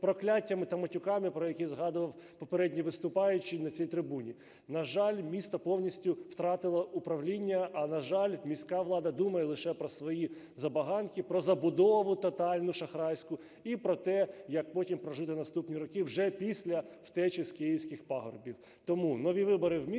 прокляттями та матюками, про які згадував попередній виступаючий на цій трибуні. На жаль, місто повністю втратило управління, а, на жаль, міська влада думає лише про свої забаганки: про забудову тотальну шахрайську і про те, як потім прожити наступні роки, вже після втечі з київських пагорбів.